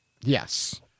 yes